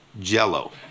jello